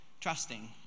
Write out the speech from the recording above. trusting